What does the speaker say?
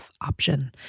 option